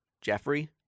Jeffrey